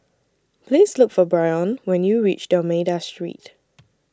Please Look For Brion when YOU REACH D'almeida Street